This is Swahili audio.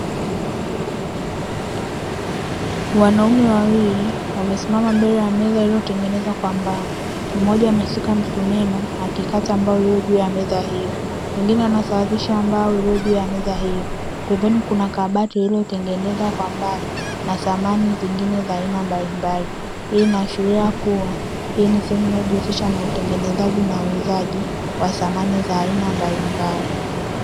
Wanaume wawili wamesimama mbele ya meza iliyotengenezwa kwa mbao; mmoja ameshika msumeno akikata mbao iliyo juu ya meza hiyo, mwingine anasawazisa mbao zilizo juu ya meza hiyo. Pembeni kuna kabati lililotengenezwa kwa mbao na samani zingine za aina mbalimbali. Hii inaashiria kuwa hii ni sehemu inayojihusisha na utengenezaji na uuzaji wa samani za aina mbalimbali.